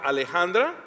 Alejandra